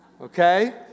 Okay